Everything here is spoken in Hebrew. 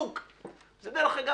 דרך אגב,